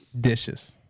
Dishes